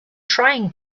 trying